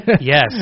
Yes